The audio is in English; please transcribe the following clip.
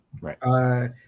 Right